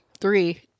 Three